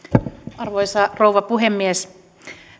arvoisa rouva puhemies